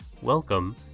Welcome